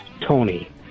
Tony